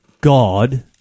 God